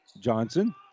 Johnson